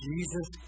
Jesus